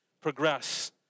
progress